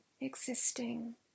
existing